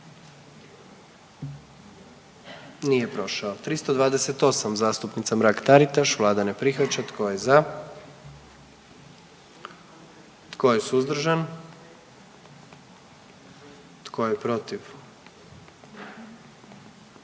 44. Kluba zastupnika SDP-a, vlada ne prihvaća. Tko je za? Tko je suzdržan? Tko je protiv?